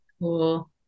cool